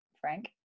Frank